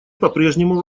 попрежнему